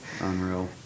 unreal